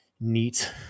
neat